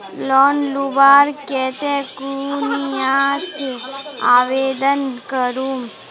Loan लुबार केते कुनियाँ से आवेदन करूम?